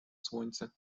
słońce